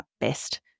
best